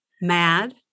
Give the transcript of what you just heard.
mad